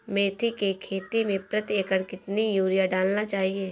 मेथी के खेती में प्रति एकड़ कितनी यूरिया डालना चाहिए?